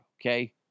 okay